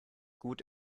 gut